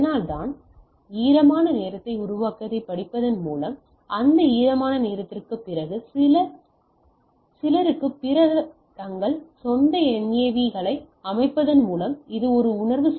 அதனால்தான் அதன் ஈரமான நேரத்தை உருவாக்குவதைப் படிப்பதன் மூலம் அந்த ஈரமான நேரத்திற்குப் பிறகு சிலருக்குப் பிறகு தங்கள் சொந்த NAV களை அமைப்பதன் மூலம் இது ஒரு உணர்வு